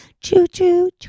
Choo-choo